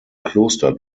kloster